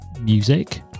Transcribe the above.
music